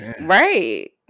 Right